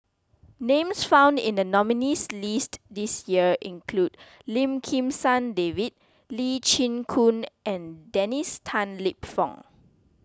names found in the nominees' list this year include Lim Kim San David Lee Chin Koon and Dennis Tan Lip Fong